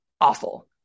awful